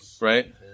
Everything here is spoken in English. Right